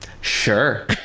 Sure